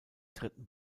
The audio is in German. dritten